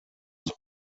was